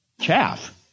chaff